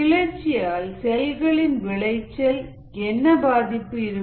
கிளர்ச்சியால் செல்களின் விளைச்சலில் என்ன பாதிப்பு இருக்கும்